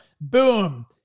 boom